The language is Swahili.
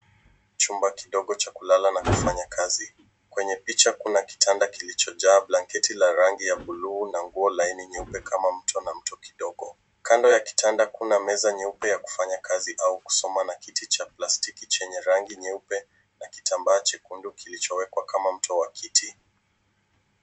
Chumba kidogo cha kulala na kufanya kazi. Kwenye picha kuna kitanda kilichojaa blanketi la rangi ya buluu na nguo laini nyeupe kama mtu anakichwa kidogo. Kando ya kitanda kuna meza nyeupe ya kufanya kazi au kusoma na kiti cha plastiki chenye rangi nyeupe na kitambaa chekundu kilichowekwa kama mto wa kiti.